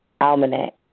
Almanac